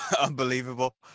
Unbelievable